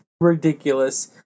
ridiculous